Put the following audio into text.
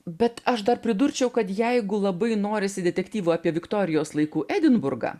bet aš dar pridurčiau kad jeigu labai norisi detektyvo apie viktorijos laikų edinburgą